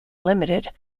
limited